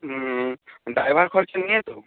হুম driver খরচ নিয়ে তো